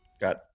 got